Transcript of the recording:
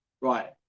right